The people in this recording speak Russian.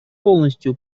полностью